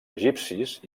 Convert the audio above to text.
egipcis